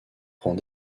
prend